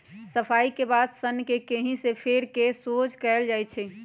सफाई के बाद सन्न के ककहि से फेर कऽ सोझ कएल जाइ छइ